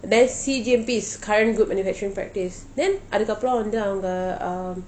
then C_G_M_P is current good manufacturing practice then அதற்கு அப்ரம் வந்து அவங்க:atharku apram vanthu avanka um